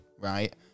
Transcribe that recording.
Right